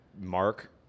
Mark